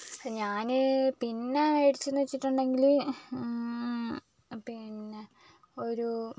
ഞാൻ പിന്നെ മേടിച്ചതെന്ന് വെച്ചിട്ടുണ്ടെങ്കിൽ പിന്നെ ഒരു